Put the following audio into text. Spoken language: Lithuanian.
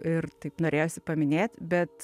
ir taip norėjosi paminėt bet